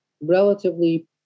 relatively